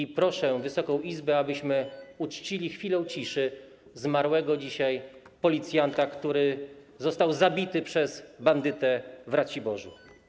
I proszę Wysoką Izbę, abyśmy uczcili chwilą ciszy zmarłego dzisiaj policjanta, który został zabity przez bandytę w Raciborzu.